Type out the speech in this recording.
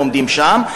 לומדים שם,